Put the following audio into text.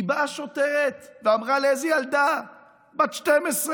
כי באה שוטרת ואמרה לאיזה ילדה בת 12,